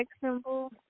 symbol